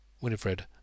Winifred